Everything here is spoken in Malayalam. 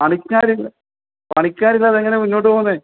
പണിക്കാർ ഇല്ല പണിക്കാർ ഇല്ലാതെ എങ്ങനെയാണ് മുന്നോട്ട് പോകുന്നത്